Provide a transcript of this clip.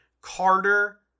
Carter